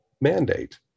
mandate